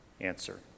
Answer